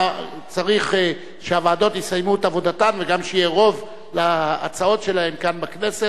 צריך שהוועדות יסיימו את עבודתן וגם שיהיה רוב להצעות שלהן כאן בכנסת,